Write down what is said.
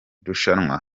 rushanwa